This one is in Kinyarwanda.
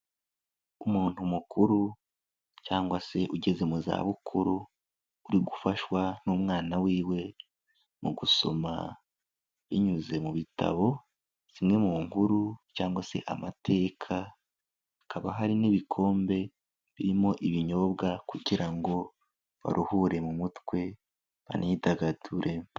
Umuntu mukuru cyangwa se ugeze mu za bukuru uri gufashwa n'umwana wiwe mu gusoma binyuze mu bitabo zimwe mu nkuru cyangwa se amateka, hakaba hari n'ibikombe birimo ibinyobwa kugira ngo baruhure mu mutwe, banidagadure.